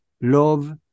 love